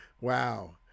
Wow